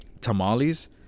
Tamales